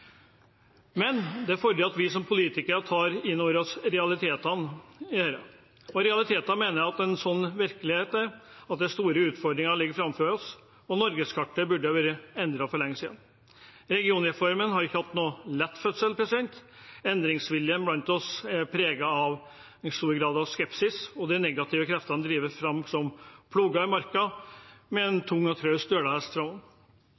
Men det fordrer at vi som politikere tar inn over oss realitetene i dette. Med realiteter mener jeg at det er sånn virkeligheten er, at store utfordringer ligger framfor oss, og norgeskartet burde ha vært endret for lenge siden. Regionreformen har ikke hatt noen lett fødsel. Endringsviljen blant oss er i stor grad preget av skepsis, og de negative kreftene drives fram som ploger i marka, med